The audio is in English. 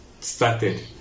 started